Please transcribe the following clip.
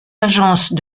agences